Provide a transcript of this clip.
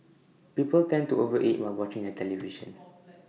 people tend to over eat while watching the television